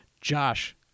Josh